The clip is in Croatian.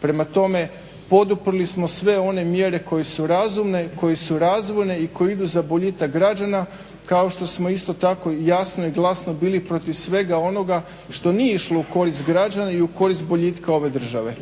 Prema tome, poduprli smo sve one mjere koje su razumne, koje su razvojne i koje idu za boljitak građana kao što smo isto tako i jasno i glasno bili protiv svega onoga što nije išlo u korist građana i u korist boljitka ove države.